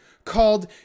called